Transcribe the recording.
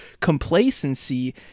complacency